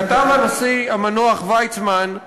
כתב הנשיא המנוח ויצמן,